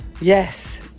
Yes